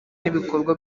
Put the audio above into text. n’ibikorwa